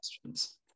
questions